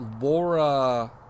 Laura